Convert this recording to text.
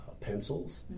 pencils